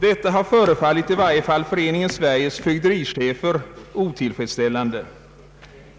Detta har förefallit i varje fall Föreningen Sveriges fögderichefer otillfredsställande.